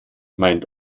meint